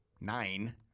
nine